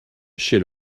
chez